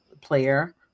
player